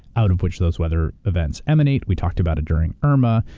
out of which those weather events emanate. we talked about it during irma,